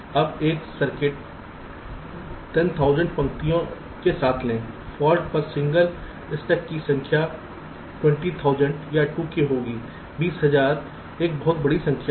अब एक सर्किट 10000 पंक्तियों के साथ ले फॉल्ट पर सिंगल स्टक की संख्या 20000 2k होगीबीस हजार एक बहुत बड़ी संख्या है